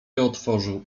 otworzył